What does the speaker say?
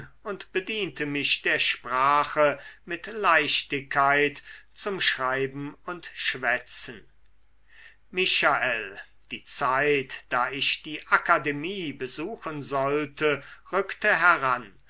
und bediente mich der sprache mit leichtigkeit zum schreiben und schwätzen michael die zeit da ich die akademie besuchen sollte rückte heran